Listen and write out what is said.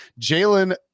Jalen